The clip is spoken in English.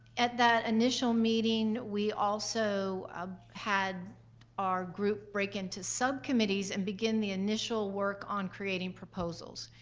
at that initial meeting, we also had our group break into subcommittees and begin the initial work on creating proposals.